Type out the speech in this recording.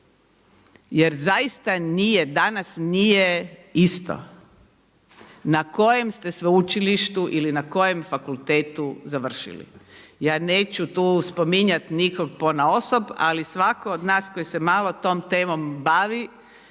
Jer zaista nije, danas nije isto na kojem ste sveučilištu ili na kojem fakultetu završili. Ja neću tu spominjat nikog ponaosob ali svako od nas koji se malo tom temom bavi